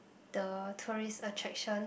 the tourist attraction